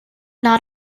not